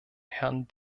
herrn